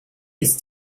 ist